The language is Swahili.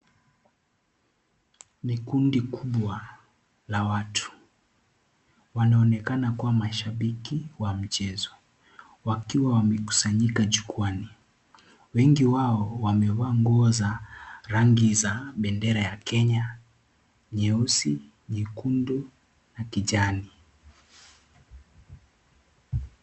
Ni kundi kubwa la watu. Wanaonekana kuwa mashabiki wa michezo. Wakiwa wamekusanyika jukuani. Wengi wao wamevaa nguo za rangi za bendera ya Kenya, nyeusi, nyekundu na kijani.